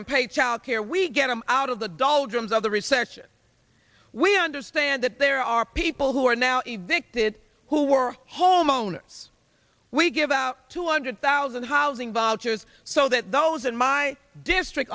and pay child care we get them out of the doldrums of the recession we understand that there are people who are now a victim who are homeowners we give out two hundred thousand housing vouchers so that those in my district